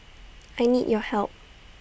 I need your help